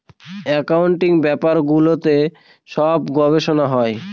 accounting ব্যাপারগুলোতে সব গবেষনা হয়